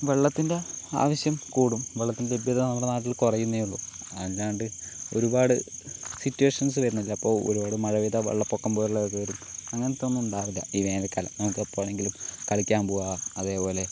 വെള്ളത്തിൻ്റെ ആവശ്യം കൂടും വെള്ളത്തിൻ്റെ ലഭ്യത നമ്മുടെ നാട്ടിൽ കുറയുന്നേ ഉള്ളൂ അല്ലാണ്ട് ഒരുപാട് സിറ്റുവേഷൻസ് വരുന്നില്ലേ അപ്പോൾ ഒരുപാട് മഴ പെയ്താൽ വെള്ളപൊക്കം പോലുള്ളത് കയറും അങ്ങനത്തെ ഒന്നും ഉണ്ടാകില്ല ഈ വേനൽക്കാലം നമുക്കെപ്പോൾ വേണമെങ്കിലും കളിയ്ക്കാൻ പോവാം അതേപോലെ